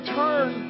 turn